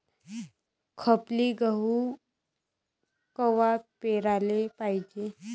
खपली गहू कवा पेराले पायजे?